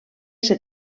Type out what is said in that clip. ser